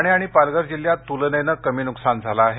ठाणे आणि पालघर जिल्ह्यात तुलनेने कमी नुकसान झाले आहे